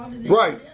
Right